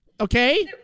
Okay